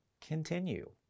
continue